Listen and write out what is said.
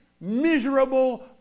miserable